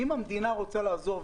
אם המדינה רוצה לעזור,